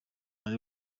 ari